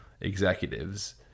executives